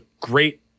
great